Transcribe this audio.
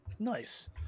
nice